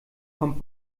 kommt